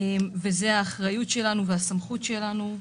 וזה האחריות שלנו והסמכות שלנו.